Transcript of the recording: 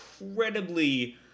incredibly